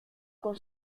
con